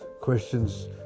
questions